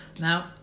Now